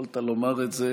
יכולת לומר את זה